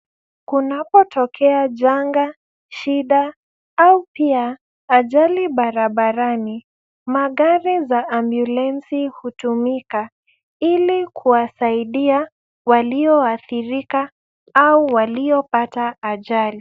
Kunapotokea janga, shida au pia ajali barabarani magari za ambulensi hutumika ili kuwasaidia walioadhirika au waliopata ajali.